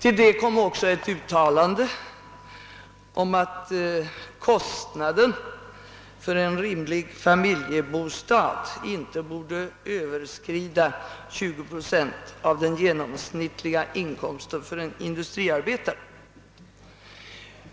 Till detta kom också ett uttalande om att kostnaden för en rimlig familjebostad inte borde överskrida 20 procent av den genomsnittliga inkomsten för en industriarbetare.